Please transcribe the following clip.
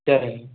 சரிங்க